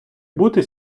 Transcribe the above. бути